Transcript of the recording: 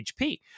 HP